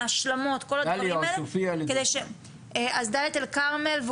ההשלמות בערים האלה --- דליית אל כרמל,